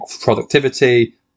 productivity